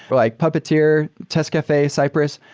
like puppeteer, test cafe, cyprus.